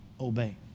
obey